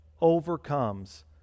overcomes